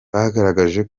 bagaragaje